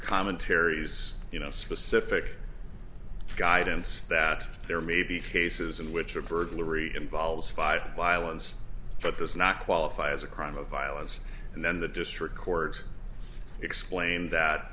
commentaries you know specific guidance that there may be faces in which a burglary involves five violence but does not qualify as a crime of violence and then the district court explained that